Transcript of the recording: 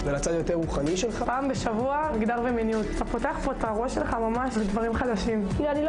אני לא